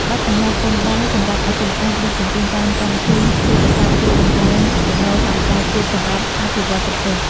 បទប្បញ្ញត្តិពន្ធដារសម្រាប់អាជីវកម្មដឹកជញ្ជូនតាមកម្មវិធីទូរស័ព្ទជួយបង្កើនចំណូលថវិកាជាតិសម្រាប់អភិវឌ្ឍប្រទេស។